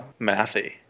mathy